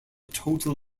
total